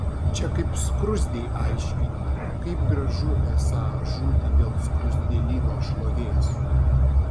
čia kaip skruzdei aiškinti kaip gražu esą žūti dėl skruzdėlyno šlovės